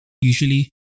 usually